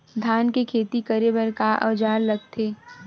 धान के खेती करे बर का औजार लगथे?